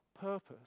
purpose